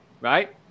right